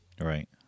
right